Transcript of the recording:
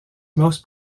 most